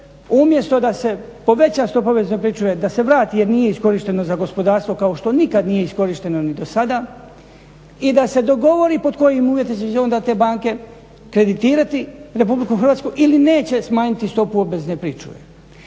umjesto da se poveća stopa obvezne pričuve i da se vrati jer nije iskorišteno za gospodarstvo kao što nikad nije iskorišteno ni dosada i da se dogovori pod kojim uvjetima će onda te banke kreditirati RH ili neće smanjiti stopu obvezne pričuve.